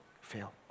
fail